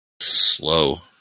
slow